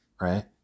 right